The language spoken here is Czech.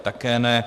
Také ne.